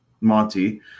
Monty